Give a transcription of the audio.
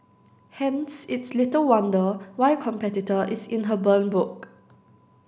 hence it's little wonder why a competitor is in her burn book